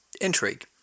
intrigue